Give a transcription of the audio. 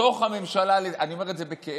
בתוך הממשלה, אני אומר את זה בכאב,